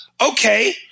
Okay